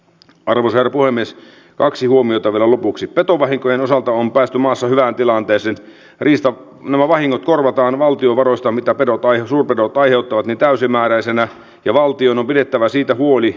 arvosana puhemies kaksi huomiota veroluvuksi petovahinkojen osalta on paistumassa hyvään tilanteeseen risto neva vahingot korvataan valtion varoista mitä odottaa jo suurpedot aiheuttavat täysimääräisenä ja valtion on pidettävä sitä huoli